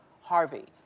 Harvey